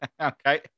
Okay